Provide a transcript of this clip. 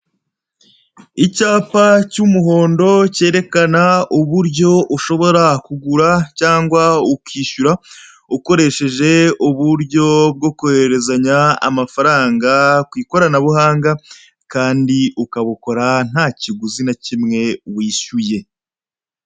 Icyapa cy'umuhondo cyerekana uburyo ushobora kugura cyangwa ukishyura ukoresheje uburyo bwo koherezanya amafaranga ku ikoranabuhanga kandi ukabukora ntakiguzi na kimwe wishyuye.